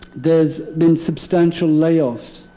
there's been substantial layoffs.